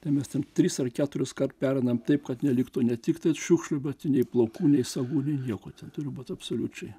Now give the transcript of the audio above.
tai mes turime tris ar keturis kart pereinam taip kad neliktų ne tik tad šiukšlių bet nei plaukų nei sagų nei nieko turi būti absoliučiai